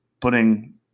putting